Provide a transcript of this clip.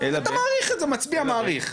אתה מאריך את זה, מצביע, מאריך.